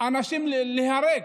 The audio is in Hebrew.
אנשים להיהרג.